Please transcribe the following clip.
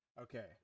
okay